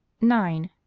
nine.